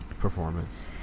performance